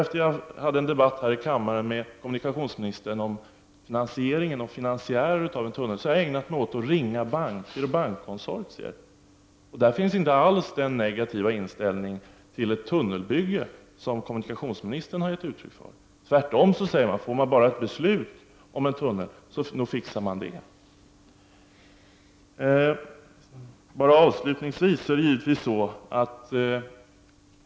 Efter det att jag tidigare haft en debatt med kommunikationsministern om finansie ring och finansiärer har jag ägnat mig åt att ringa banker och bankkonsortier. Där finns inte alls den negativa inställning till ett tunnelbygge som kommunikationsministern har gett uttryck för. Tvärtom, får de bara ett beslut om en tunnel går det att ordna med finansiering.